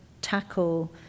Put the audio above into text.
tackle